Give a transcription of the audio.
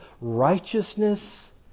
righteousness